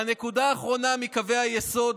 והנקודה האחרונה מקווי היסוד